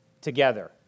together